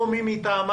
או מי מטעמם,